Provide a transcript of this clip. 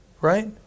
Right